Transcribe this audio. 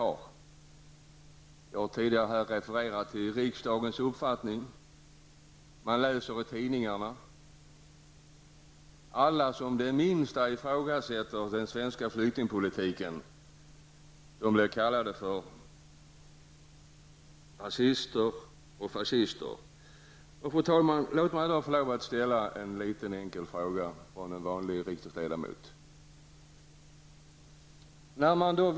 Jag har tidigare refererat till riksdagens uppfattning och vad man kan läsa i tidningarna. Alla som det minsta ifrågasätter den svenska flyktingpolitiken blir kallade för rasister och fascister. Fru talman! Låt mig som vanlig enkel riksdagsledamot få ställa en fråga.